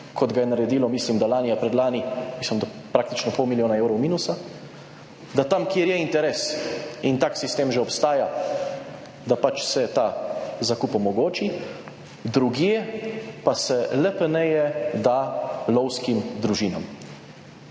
kot ga je naredilo, mislim, da lani ali predlani, mislim, da praktično pol milijona evrov minusa. Da tam, kjer je interes in tak sistem že obstaja, da pač se ta zakup omogoči, drugje pa se LPN da lovskim družinam.